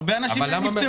הרבה אנשים נפטרו.